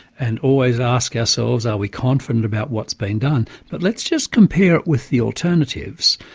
and always ask ourselves are we confident about what's being done. but let's just compare it with the alternatives.